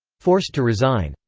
forced to resign.